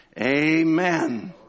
Amen